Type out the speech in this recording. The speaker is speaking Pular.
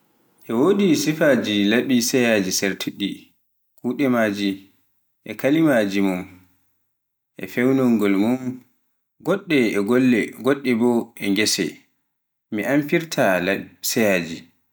E woodi sifaaji laɓi sayaaji ceertuɗi, kuɗe maaji e kalaamaji mum en, e peewnugol mum en, ngoɗɗe e golle ngoɗɗe boo e nder ghess. mi amfirta e laɓi sayaaji.